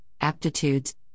aptitudes